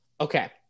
Okay